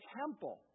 temple